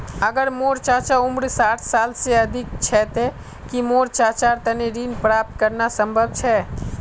अगर मोर चाचा उम्र साठ साल से अधिक छे ते कि मोर चाचार तने ऋण प्राप्त करना संभव छे?